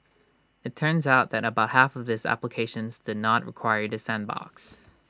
IT turns out that about half of these applications did not require the sandbox